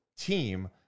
team